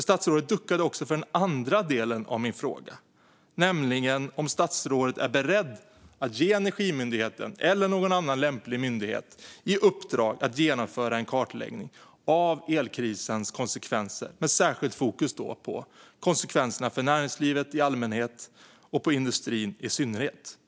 Statsrådet duckade också för den andra delen av min fråga, som gällde om statsrådet är beredd att ge Energimyndigheten eller någon annan lämplig myndighet i uppdrag att genomföra en kartläggning av elkrisens konsekvenser med särskilt fokus på konsekvenserna för näringslivet i allmänhet och industrin i synnerhet.